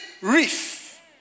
reef